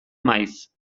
maiz